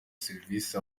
serivisi